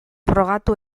frogatu